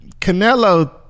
canelo